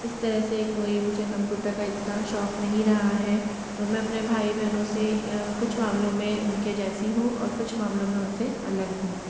इस तरह से कोई मुझे कंप्यूटर का इतना शौक़ नहीं रहा है तो मैं अपने भाई बहनों से कुछ मामलों में उन के जैसी हूँ और कुछ मामलों में उन से अलग हूँ